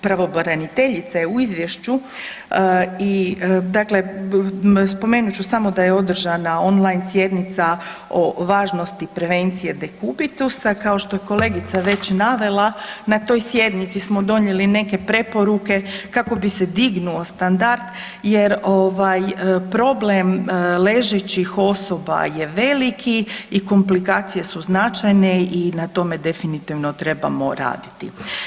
Pravobraniteljica je u izvješću i dakle spomenut ću samo da je održana on-line sjednica o važnosti prevencije dekubitusa kao što je kolegica već navela na toj sjednici smo donijeli neke preporuke kako bi se dignuo standard jer ovaj problem ležećih osoba je veliki i komplikacije su značajne i na tome definitivno trebamo raditi.